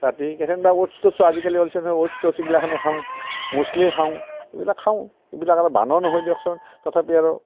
ৰাতি কেথেনবা ওটছ টোটছও অজিকালি উলছে নহয় ওটছ টোটছও এগিলাখানও খাওঁ মুছলি খাওঁ এইবিলাক খাওঁ এইবিলাক আৰু বানও নহয় দিয়কচোন তথাপিও আৰু